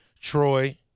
Troy